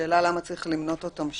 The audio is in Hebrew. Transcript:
השאלה למה צריך למנות אותם שם,